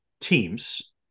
teams